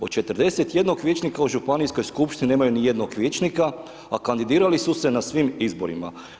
Od 41 vijećnika u županijskoj skupštini nemaju niti jednog vijećnika a kandidirali su se na svim izborima.